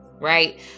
Right